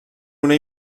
una